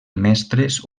mestres